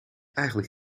eigenlijk